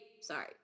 sorry